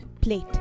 plate